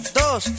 dos